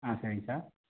ஆ சரிங்க சார்